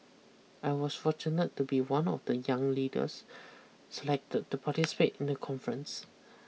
I was fortunate to be one of the young leaders selected to participate in the conference